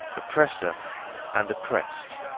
oppressor and oppressed,